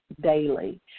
daily